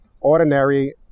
ordinary